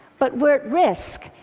but we're at risk,